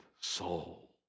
soul